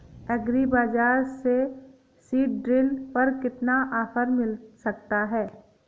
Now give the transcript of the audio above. Agree बाजार से seed drill पर कितना ऑफर मिल सकता है?